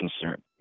concern